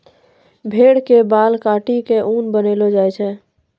भेड़ के बाल काटी क ऊन बनैलो जाय छै